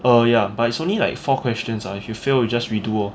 err ya but is only like four questions ah if you fail you just redo lor